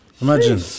Imagine